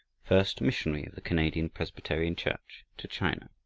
first missionary of the canadian presbyterian church to china,